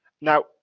Now